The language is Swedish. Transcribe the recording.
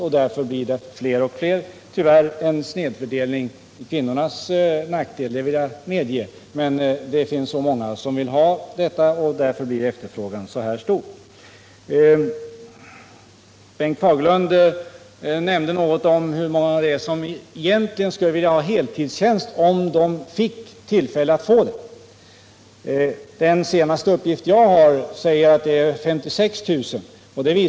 Tyvärr blir det en snedfördelning till kvinnornas nackdel, det medger jag, men många vill ha sådan tjänst och därför blir efterfrågan stor. Bengt Fagerlund talade om hur många det är som egentligen skulle vilja ha heltidstjänst. Den senaste uppgift jag har säger att det är 56 000.